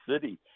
city